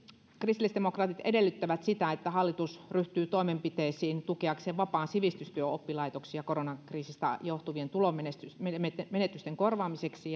kristillisdemokraatit edellyttävät myöskin sitä että hallitus ryhtyy toimenpiteisiin tukeakseen vapaan sivistystyön oppilaitoksia koronakriisistä johtuvien tulonmenetysten korvaamiseksi